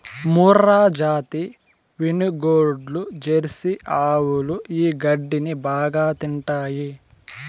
మూర్రాజాతి వినుగోడ్లు, జెర్సీ ఆవులు ఈ గడ్డిని బాగా తింటాయి